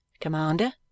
commander